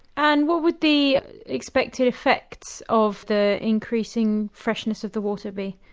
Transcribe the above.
and what would the expected effects of the increasing freshness of the water be?